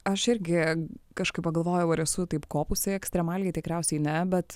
aš irgi kažkaip pagalvojau ar esu taip kopusi ekstremaliai tikriausiai ne bet